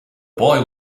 boy